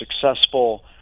successful